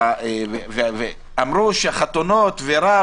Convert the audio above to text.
העניין, אמרו שחתונות ורב